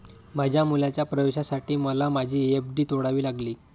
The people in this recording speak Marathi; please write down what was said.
माझ्या मुलाच्या प्रवेशासाठी मला माझी एफ.डी तोडावी लागली